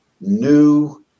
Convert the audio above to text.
new